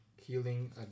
healing